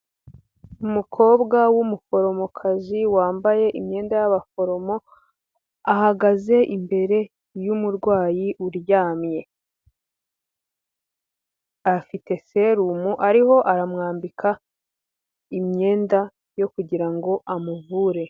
Umukobwa w'umuforomokazi wambaye imyda y'abaforomo ahagaze imbere y'umurwayi uryamye afite serumu ariho aramwambika imyenda yo kugira ngo amuvure.